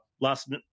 Last